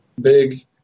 big